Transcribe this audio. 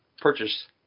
purchase